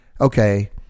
okay